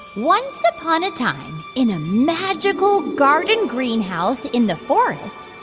once upon a time, in a magical garden greenhouse in the forest,